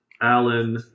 Alan